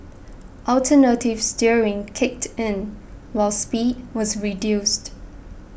alternative steering kicked in while speed was reduced